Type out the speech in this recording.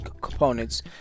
components